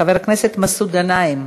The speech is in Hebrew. חבר הכנסת מסעוד גנאים.